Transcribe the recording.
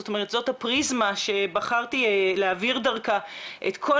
זאת אומרת זאת הפריזמה שבחרתי להעביר דרכה את כל